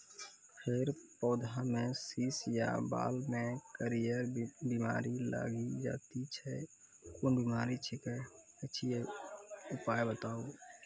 फेर पौधामें शीश या बाल मे करियर बिमारी लागि जाति छै कून बिमारी छियै, उपाय बताऊ?